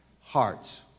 hearts